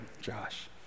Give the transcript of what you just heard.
Josh